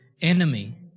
enemy